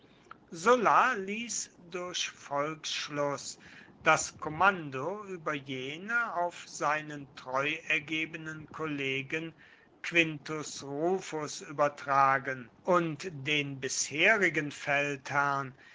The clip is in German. sulla ließ durch volksschluß das kommando über jene auf seinen treuergebenen kollegen quintus rufus übertragen und den bisherigen feldherrn